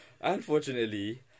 Unfortunately